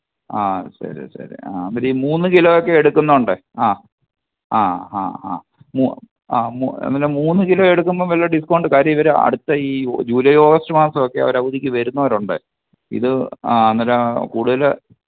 ആ ശരി ശരി ആ അവരീ മൂന്ന് കിലോയെക്കെ എടുക്കുന്നത് കൊണ്ട് ആ ആ ഹാ ആ മൂന്ന് ആ മൂന്ന് പിന്നെ മൂന്ന് കിലോയെടുക്കുമ്പം വല്ല ഡിസ്ക്കൗണ്ട് കാര്യം ഇവർ അടുത്ത ഈ ജൂ ജൂലൈ ഓഗസ്റ്റ് മാസം ഒക്കെ അവർ അവധിക്ക് വരുന്നവരുണ്ട് ഇത് ആ അന്നേരം കൂടുതൽ